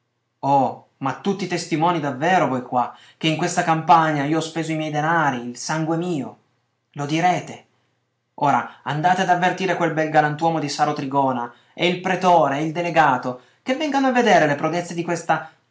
oh ma tutti testimoni davvero voi qua che in questa campagna io ho speso i miei denari il sangue mio lo direte ora andate ad avvertire quel bel galantuomo di saro trigona e il pretore e il delegato che vengano a vedere le prodezze di questa